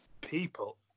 People